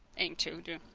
aim to do